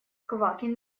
квакин